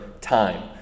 time